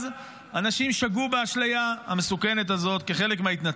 אז אנשים שגו באשליה המסוכנת הזאת כחלק מההתנתקות.